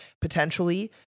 potentially